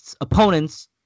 opponents